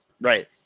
right